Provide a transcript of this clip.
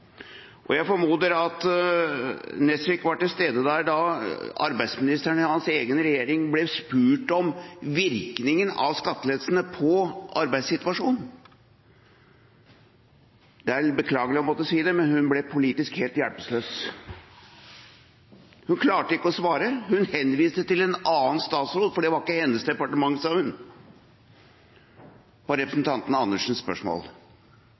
Jeg formoder at representanten Nesvik var til stede da arbeidsministeren i hans egen regjering ble spurt om virkningen av skattelettelsene på arbeidssituasjonen. Det er beklagelig å måtte si det, men hun ble politisk helt hjelpeløs. Hun klarte ikke å svare, hun henviste til en annen statsråd – det var ikke hennes departement, svarte hun på representanten Andersens spørsmål.